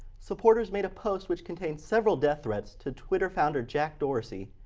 supporters made a post which contained several death threats to twitter founder jack dorsey.